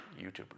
YouTubers